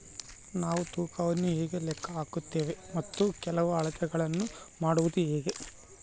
ನಾವು ತೂಕವನ್ನು ಹೇಗೆ ಲೆಕ್ಕ ಹಾಕುತ್ತೇವೆ ಮತ್ತು ಕೆಲವು ಅಳತೆಗಳನ್ನು ಮಾಡುವುದು ಹೇಗೆ?